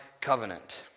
covenant